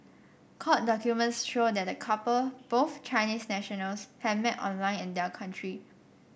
court documents show that the couple both Chinese nationals had met online in their country